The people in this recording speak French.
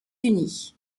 unis